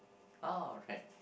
oh right